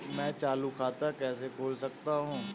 मैं चालू खाता कैसे खोल सकता हूँ?